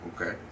Okay